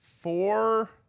four